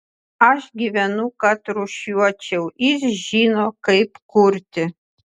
aš gyvenu kad rūšiuočiau jis žino kaip kurti